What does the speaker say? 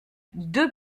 deux